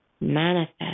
manifest